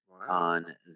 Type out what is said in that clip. on